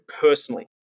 personally